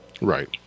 Right